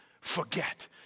forget